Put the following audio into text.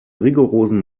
rigorosen